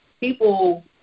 People